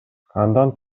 андан